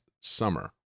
summer